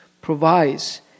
provides